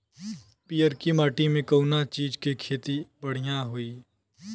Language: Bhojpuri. पियरकी माटी मे कउना चीज़ के खेती बढ़ियां होई?